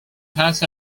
has